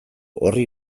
orri